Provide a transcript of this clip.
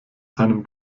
seinem